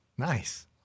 Nice